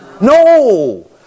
No